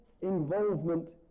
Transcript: involvement